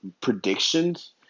predictions